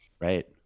Right